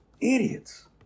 Idiots